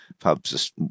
Pubs